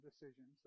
decisions